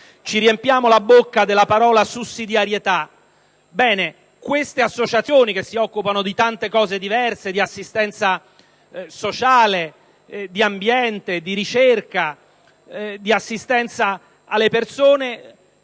si riempie la bocca con la parola sussidiarietà: ebbene, queste associazioni, che si occupano di tante cose diverse (di assistenza sociale, di ambiente, di ricerca, di assistenza alle persone),